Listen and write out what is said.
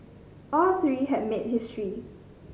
all three have made history